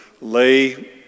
lay